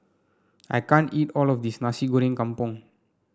I can't eat all of this Nasi Goreng Kampung